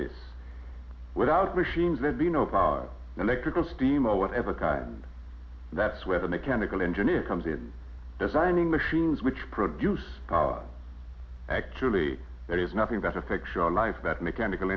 like without machines there'd be no power electrical steam or whatever kind that's where the mechanical engineer comes in designing machines which produce power actually there is nothing that a fictional life that mechanical